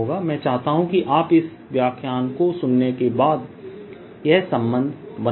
मैं चाहता हूं कि आप इस व्याख्यान को सुनने के बाद यह संबंध बनाएं